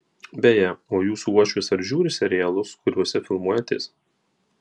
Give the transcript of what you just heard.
beje o jūsų uošvis ar žiūri serialus kuriose filmuojatės